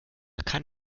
kann